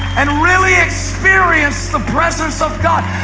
and really experience the presence of god.